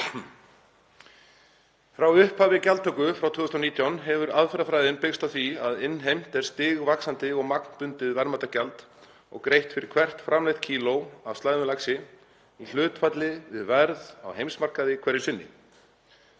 Frá upphafi gjaldtöku frá 2019 hefur aðferðafræðin byggst á því að innheimt er stigvaxandi og magnbundið verðmætagjald og greitt fyrir hvert framleitt kíló af slægðum laxi í hlutfalli við verð á heimsmarkaði hverju sinni.